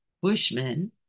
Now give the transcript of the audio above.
bushmen